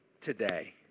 today